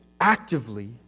actively